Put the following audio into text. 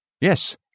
yes